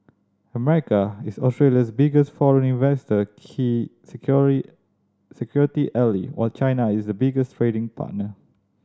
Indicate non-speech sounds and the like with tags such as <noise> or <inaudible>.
America is Australia's biggest foreign investor key <unintelligible> security ally while China is a biggest trading partner